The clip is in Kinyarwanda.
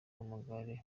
w’amagare